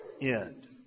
end